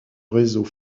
réseau